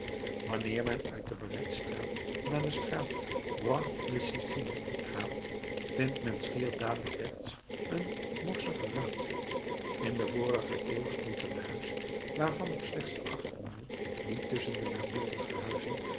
wanneer men uit de balletstraat naar de straat roi de sicile gaat vindt men schier dadelijk rechts een morsige ruimte in de vorige eeuw stond er een huis waarvan nog slechts de achtermuur die tusschen de naburige huizen